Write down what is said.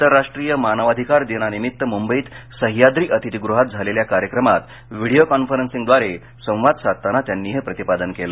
आंतरराष्ट्रीय मानवाधिकार दिनानिमित्त मुंबईत सह्याद्री अतिथिगृहात झालेल्या कार्यक्रमात व्हिडीओ कॉन्फरन्सिंगद्वारे संवाद साधताना त्यांनी हे प्रतिपादन केलं